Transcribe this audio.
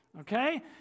okay